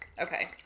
Okay